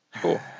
Cool